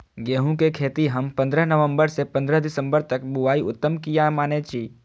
गेहूं के खेती हम पंद्रह नवम्बर से पंद्रह दिसम्बर तक बुआई उत्तम किया माने जी?